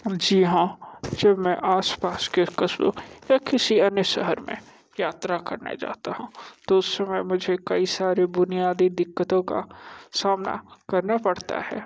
जी हाँ जब मैं आस पास के कस्बों व किसी अन्य शहर में यात्रा करने जाता हूँ तो उस समय मुझे कई सारी बुनियादी दिक्कतों का सामना करना पड़ता है